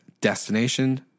destination